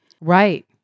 Right